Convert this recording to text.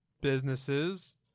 businesses